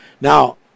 now